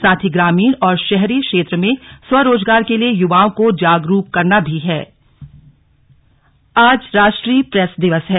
साथ ही ग्रामीण और शहरी क्षेत्र में स्वरोजगार के लिए युवाओं को जागरूक करना भी ळें राष्ट्रीय प्रेस दिवस आज राष्ट्रीय प्रेस दिवस है